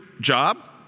job